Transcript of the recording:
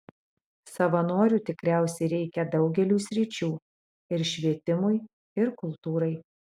savanorių tikriausiai reikia daugeliui sričių ir švietimui ir kultūrai